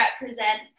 represent